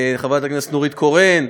חברת הכנסת נורית קורן,